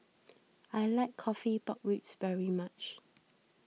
I like Coffee Pork Ribs very much